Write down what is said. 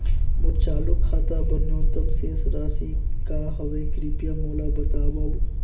मोर चालू खाता बर न्यूनतम शेष राशि का हवे, कृपया मोला बतावव